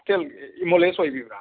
hotel ꯏꯃꯣꯂꯦꯁ ꯑꯣꯏꯕꯤꯕ꯭ꯔꯥ